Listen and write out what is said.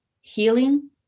healing